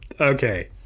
okay